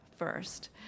first